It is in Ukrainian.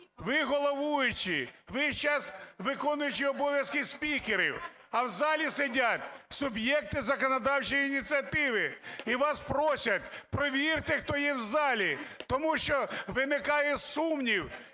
Ви головуючий. Ви зараз виконуючий обов'язки спікера. А в залі сидять суб'єкти законодавчої ініціативи. І вас просять: провірте, хто є в залі. Тому що виникає сумнів